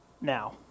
Now